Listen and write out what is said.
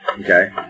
Okay